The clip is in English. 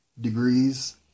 degrees